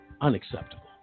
unacceptable